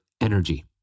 energy